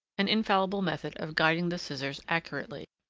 an infallible method of guiding the scissors accurately.